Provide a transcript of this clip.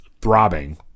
throbbing